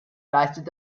leistet